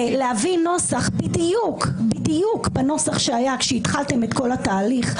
להביא נוסח בדיוק בנוסח שהיה כשהתחלתם את כל התהליך,